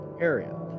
area